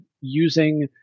using